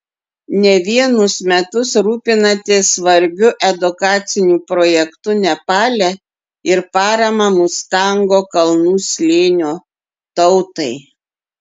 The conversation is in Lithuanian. ne vienus metus rūpinatės svarbiu edukaciniu projektu nepale ir parama mustango kalnų slėnio tautai